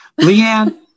Leanne